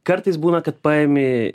kartais būna kad paėmi